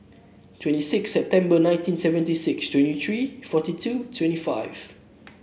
twenty six September nineteen seventy six twenty three forty two twenty five